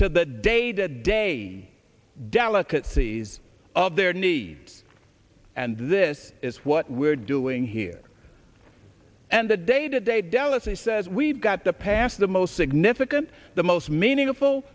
to the day to day delicacies of their needs and this is what we're doing here and the day to day dallas's says we've got to pass the most significant the most meaningful